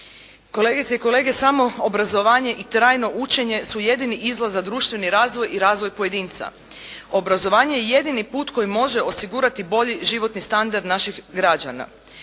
Kolegice i kolege, samo obrazovanje i trajno učenje su jedini izlaz za društveni razvoj i razvoj pojedinca. Obrazovanje je jedini put koje može osigurati bolji životni standard naših građana.